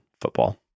football